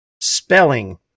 spelling